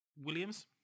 williams